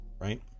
right